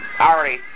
already